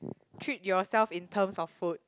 treat yourself in terms of food